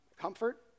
comfort